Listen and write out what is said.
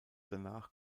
danach